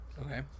Okay